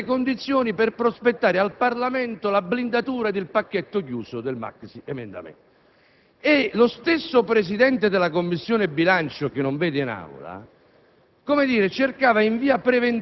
la sintesi e determina le condizioni per prospettare al Parlamento la blindatura del pacchetto chiuso del maxiemendamento. Lo stesso Presidente della Commissione bilancio - che non vedo in Aula